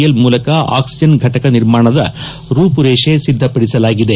L ಮೂಲಕ oxygen ಘಟಕ ನಿರ್ಮಾಣದ ರೂಪುರೇಷೆ ಸಿದ್ದಪಡಿಸಲಾಗಿದೆ